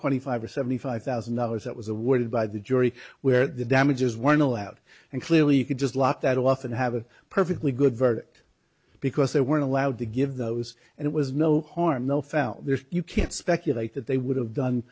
twenty five or seventy five thousand dollars that was awarded by the jury where the damages weren't allowed and clearly you could just lock that off and have a perfectly good verdict because they weren't allowed to give those and it was no harm no foul there you can't speculate that they would have done